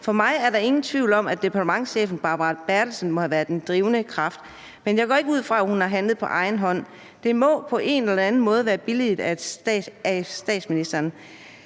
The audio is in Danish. For mig er der ingen tvivl om, at departementschefen Barbara Bertelsen må have været en drivende kraft, men jeg går ikke ud fra, at hun handler på egen hånd. Det må på en eller anden måde være billiget af statsministeren.